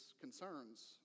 concerns